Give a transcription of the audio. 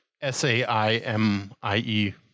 S-A-I-M-I-E